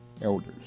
elders